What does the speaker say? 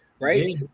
right